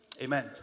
amen